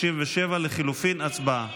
הצבעה.